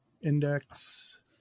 Index